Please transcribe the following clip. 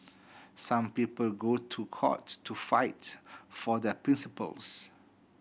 some people go to court to fight for their principles